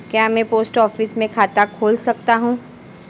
क्या मैं post office में खाता खोल सकता हूँ?